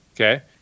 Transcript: Okay